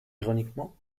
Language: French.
ironiquement